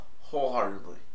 Wholeheartedly